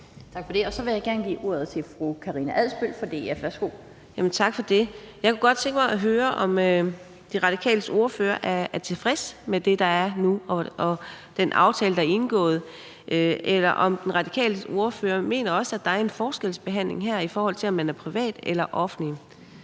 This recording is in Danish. Tak for det, og så vil jeg gerne give ordet til fru Karina Adsbøl fra DF. Værsgo. Kl. 11:50 Karina Adsbøl (DF): Tak for det. Jeg kunne godt tænke mig at høre, om De Radikales ordfører er tilfreds med det, der er nu, og den aftale, der er indgået, eller om den radikale ordfører også mener, at der er en forskelsbehandling her i forhold til, om man er et privat eller offentligt